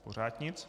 Pořád nic.